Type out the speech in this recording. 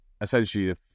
essentially